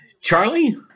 Charlie